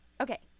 Okay